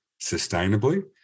sustainably